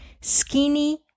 skinny